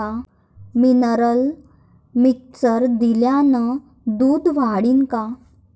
Mineral mixture दिल्यानं दूध वाढीनं का?